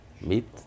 meat